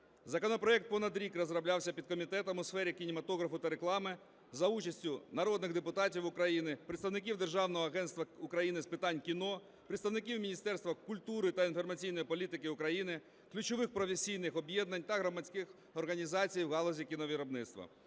Законопроект понад рік розроблявся підкомітетом у сфері кінематографу та реклами за участі народних депутатів України, представників Державного агентства України з питань кіно, представників Міністерства культури та інформаційної політики України, ключових професійних об'єднань та громадських організацій в галузі кіновиробництва.